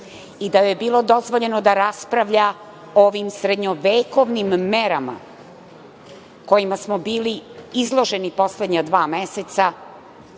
i da joj je bilo dozvoljeno da raspravlja o ovim srednjovekovnim merama kojima smo bili izloženi poslednja dva meseca.